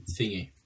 thingy